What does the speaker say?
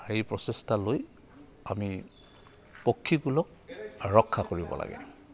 এই প্ৰচেষ্টা লৈ আমি পক্ষীকুলক ৰক্ষা কৰিব লাগে